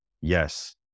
yes